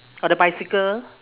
or the bicycle